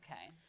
Okay